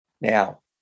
Now